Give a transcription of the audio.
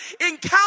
encounter